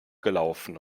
gelaufen